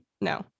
No